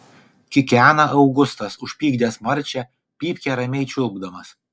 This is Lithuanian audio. kikena augustas užpykdęs marčią pypkę ramiai čiulpdamas